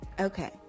Okay